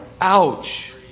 Ouch